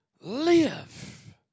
Live